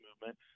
movement